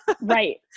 Right